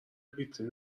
ویترین